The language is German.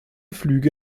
flüge